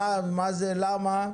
למה?